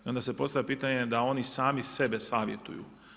I onda se postavlja pitanje dal oni sami sebe savjetuju?